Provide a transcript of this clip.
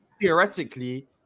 theoretically